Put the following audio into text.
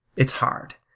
it's hard,